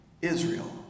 Israel